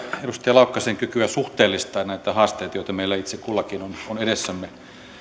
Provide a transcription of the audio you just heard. edustaja laukkasen kykyä suhteellistaa näitä haasteita joita meillä itse kullakin on edessämme